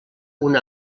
una